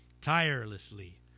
tirelessly